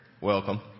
Welcome